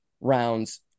rounds